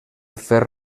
fer